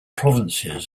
provinces